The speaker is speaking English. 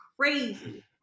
crazy